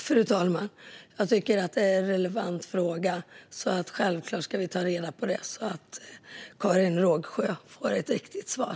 Fru talman! Jag tycker att det är en relevant fråga. Självklart ska jag ta reda på hur det är, så att Karin Rågsjö får ett riktigt svar.